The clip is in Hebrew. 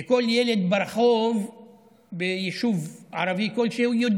כל ילד ברחוב ביישוב ערבי כלשהו יודע